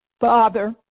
Father